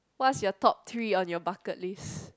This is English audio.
what's your top three on your bucket list